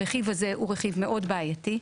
הרכיב הזה הוא רכיב בעייתי מאוד.